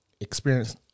experience